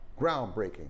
groundbreaking